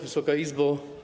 Wysoka Izbo!